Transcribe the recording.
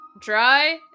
dry